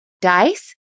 Dice